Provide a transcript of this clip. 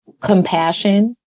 compassion